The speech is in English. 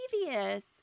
previous